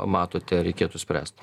matote reikėtų spręst